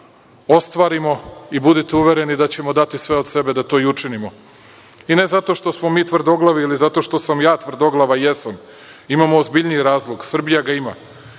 ostvarimo i budite uvereni da ćemo dati sve od sebe da to i učinimo i ne zato što smo mi tvrdoglavi ili zato što sam ja tvrdoglav, a i jesam, imamo ozbiljniji razlog, Srbija ga ima.